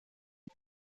und